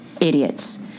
idiots